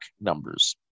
numbers